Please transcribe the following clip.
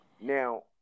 Now